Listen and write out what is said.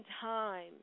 time